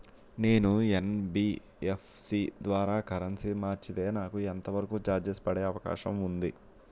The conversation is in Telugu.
నేను యన్.బి.ఎఫ్.సి ద్వారా కరెన్సీ మార్చితే నాకు ఎంత వరకు చార్జెస్ పడే అవకాశం ఉంది?